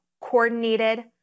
coordinated